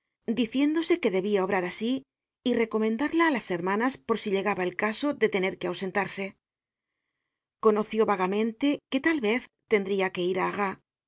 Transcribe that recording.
diciéndose que debia obrar asi y recomendarla á las hermanas por si llegaba el caso de tener que ausentarse conoció vagamente que tal vez tendria que ir á